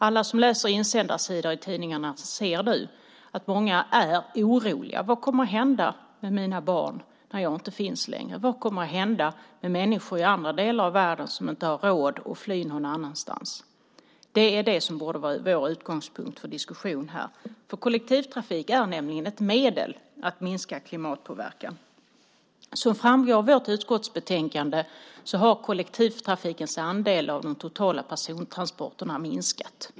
Alla som läser insändarsidor i tidningarna ser att många nu är oroliga. Man skriver: Vad kommer att hända med mina barn när jag inte finns längre? Vad kommer att hända med människor i andra delar av världen som inte har råd att fly någon annanstans? Det är detta som borde vara vår utgångspunkt för diskussionen här. Kollektivtrafik är nämligen ett medel att minska klimatpåverkan. Som framgår av utskottsbetänkandet har kollektivtrafikens andelar av de totala persontransporterna minskat.